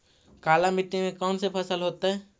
काला मिट्टी में कौन से फसल होतै?